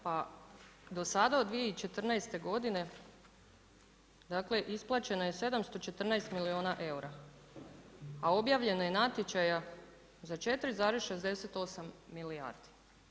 Pa do sada od 2014. godine isplaćeno je 714 milijuna eura, a objavljeno je natječaja za 4,68 milijardi.